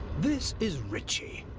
this is richie.